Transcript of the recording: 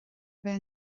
bheith